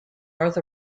north